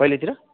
कहिलेतिर